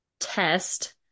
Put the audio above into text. Test